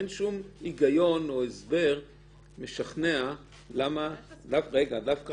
אין שום היגיון או הסבר משכנע למה דווקא